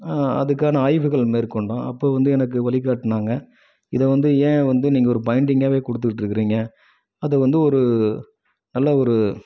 அதுக்கான ஆய்வுகள் மேற்கொண்டோம் அப்போது வந்து எனக்கு வழிகாட்டினாங்க இதை வந்து ஏன் வந்து நீங்கள் ஒரு பைண்டிங்காகவே கொடுத்துட்ருக்குறிங்க அது வந்து ஒரு நல்ல ஒரு